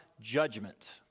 judgment